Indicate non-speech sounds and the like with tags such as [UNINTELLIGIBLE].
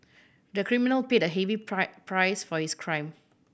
the criminal paid a heavy [UNINTELLIGIBLE] price for his crime